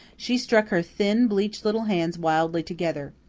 she struck her thin, bleached little hands wildly together.